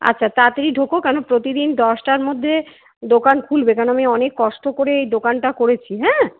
আচ্ছা তাড়াতাড়ি ঢোকো কারণ প্রতিদিন দশটার মধ্যে দোকান খুলবে কেন আমি অনেক কষ্ট করে এই দোকানটা করেছি হ্যাঁ